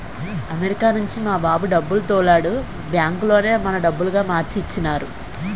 America నుంచి మా బాబు డబ్బులు తోలాడు బ్యాంకులోనే మన డబ్బులుగా మార్చి ఇచ్చినారు